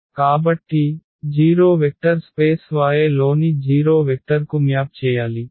కాబట్టి 0 vector space Y లోని 0 vector కు మ్యాప్ చేయాలి